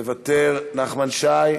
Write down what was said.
מוותר, נחמן שי,